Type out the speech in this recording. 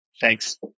Thanks